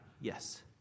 Yes